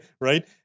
right